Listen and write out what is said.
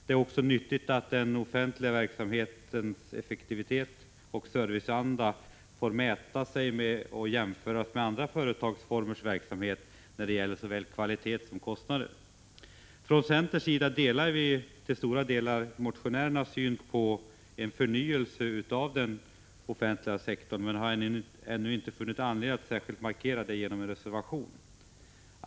Det är också nyttigt att den offentliga verksamhetens effektivitet och serviceanda får mäta sig och jämföras med andra företagsformers verksamhet i vad gäller såväl kvalitet som kostnader. Från centerns sida delar vi till stora delar motionärernas syn på vikten av en förnyelse av den offentliga sektorn, men har ännu inte funnit anledning att särskilt markera detta genom en reservation.